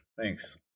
Thanks